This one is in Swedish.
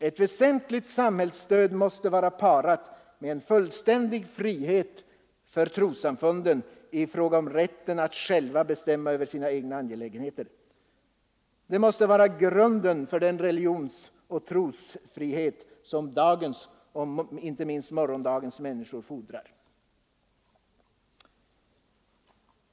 Ett väsentligt samhällsstöd måste vara parat med en fullständig frihet för trossamfunden i fråga om rätten att själva bestämma över sina egna angelägenheter. Det måste vara grunden för den religionsoch trosfrihet som dagens och inte minst morgondagens människor fordrar.